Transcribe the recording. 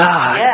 God